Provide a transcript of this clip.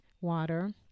water